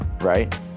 right